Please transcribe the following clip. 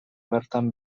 bertan